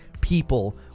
people